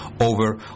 over